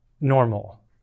normal